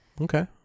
okay